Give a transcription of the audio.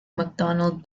mcdonald